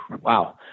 Wow